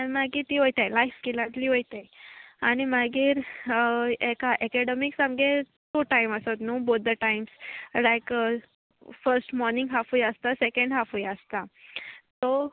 आनी मागीर ती वोयताय लायफ स्किलांतली वयताय आनी मागीर एका एकेडमीक्स आमगे तूं टायम आसोता न्हू both the times like first morning हाफूय आसता सेकेंड हाफूय आसता सो